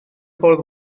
ffordd